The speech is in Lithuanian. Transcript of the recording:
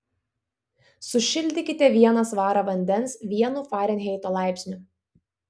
sušildykite vieną svarą vandens vienu farenheito laipsniu